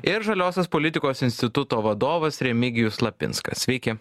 ir žaliosios politikos instituto vadovas remigijus lapinskas sveiki